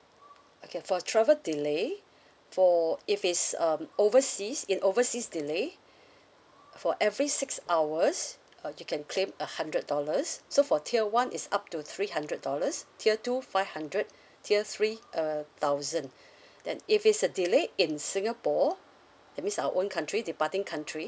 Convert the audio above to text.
okay for travel delay for if it's um overseas in overseas delay for every six hours uh you can claim a hundred dollars so for tier one it's up to three hundred dollars tier two five hundred tier three a thousand then if it's a delay in singapore that means our own country departing country